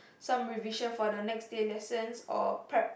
some revision for the next day lessons or prep